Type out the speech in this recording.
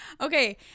Okay